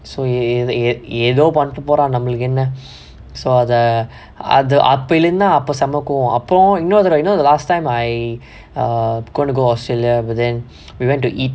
so ea~ ஏதோ பண்ணிட்டு போறா நம்மளுக்கு என்ன:etho pannittu pora nammalukku enna so அத அது அப்பைல இருந்தா அப்ப செம்ம கோவோ அப்போவும் இன்னொரு தடவ இன்னொரு தடவ:atha athu appaila irunthaa appe semma kovo appovum innoru thadava innoru thadava last time I err gone to go australia but then we went to eat